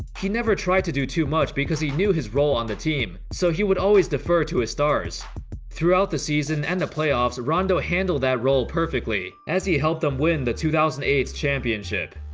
he never tried to do too much because he knew his role on the team so he would always defer to his stars throughout the season and the playoffs rondo handled that role perfectly as he helped them win the two thousand and eight championship